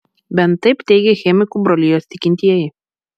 bent taip teigia chemikų brolijos tikintieji